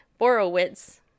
Borowitz